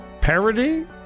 parody